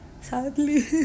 sadly